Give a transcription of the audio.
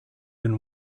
been